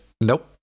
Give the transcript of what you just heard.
nope